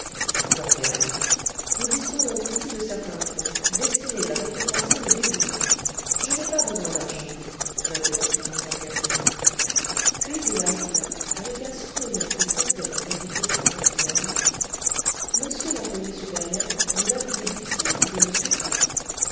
fort bien nous disposons ici de certains fonds destinés à récompenser le dévouement je n'ai pas besoin d'argent l'interrompit encore gâteloup puis il ajouta avec un sourire qui sentait en vérité son gentilhomme monsieur l'employé supérieur vous battez des buissons où je ne suis pas